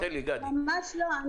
ממש לא.